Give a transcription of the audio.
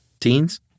Teens